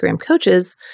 coaches